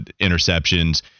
interceptions